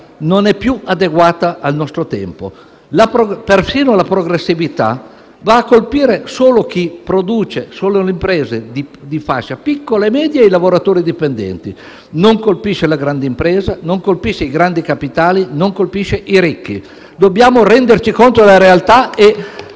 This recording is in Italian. non è più adeguata al nostro tempo. Perfino la progressività va a colpire solo chi produce, le imprese di fascia piccola e media e i lavoratori dipendenti. Non colpisce la grande impresa, non colpisce i grandi capitali e non colpisce i ricchi. Dobbiamo renderci conto della realtà e